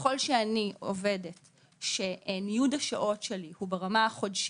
ככל שאני עובדת שניוד השעות שלי הוא ברמה חודשית,